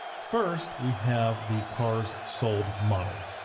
first, we have the cars sold model.